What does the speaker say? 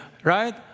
Right